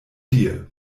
dir